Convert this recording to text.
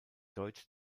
deutsch